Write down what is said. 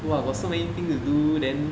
!wah! got so many things to do then